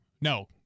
No